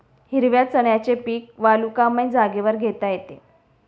हिरव्या चण्याचे पीक वालुकामय जागेवर घेता येते